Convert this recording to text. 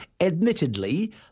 Admittedly